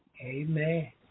Amen